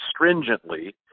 stringently